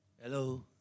Hello